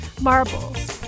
marbles